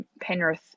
Penrith